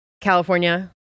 California